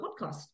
podcast